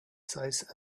size